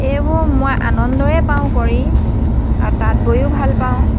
এইবোৰ মই আনন্দ পাওঁ কৰি আৰু তাঁত বৈয়ো ভাল পাওঁ